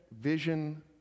vision